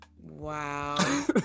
Wow